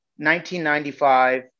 1995